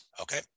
Okay